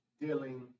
dealing